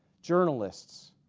journalists